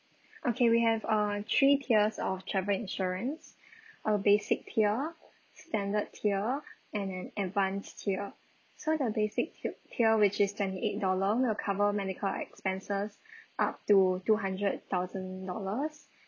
okay we have uh three tiers of travel insurance a basic tier standard tier and an advanced tier so the basic tie~ tier which is twenty eight dollar will cover medical expenses up to two hundred thousand dollars